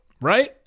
Right